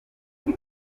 kigo